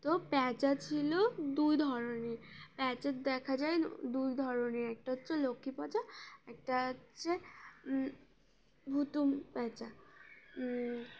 তো প্যাঁচা ছিল দুই ধরনের প্যাঁচার দেখা যায় দুই ধরনের একটা হচ্ছে লক্ষ্মী প্যাঁচা একটা হচ্ছে হুতুম প্যাঁচা